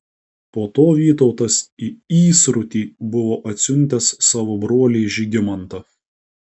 po to vytautas į įsrutį buvo atsiuntęs savo brolį žygimantą